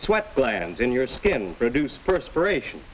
sweat glands in your skin reduce first ration